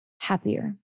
happier